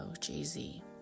jay-z